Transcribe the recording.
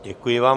Děkuji vám.